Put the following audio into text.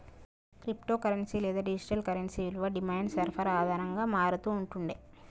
crypto currency లేదా digital currency విలువ demand, సరఫరా ఆధారంగా మారతూ ఉంటుండే